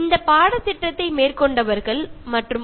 ഈ കോഴ്സ് ചെയ്യുന്ന എല്ലാവരെയും